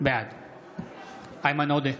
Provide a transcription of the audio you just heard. בעד איימן עודה,